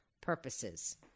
purposes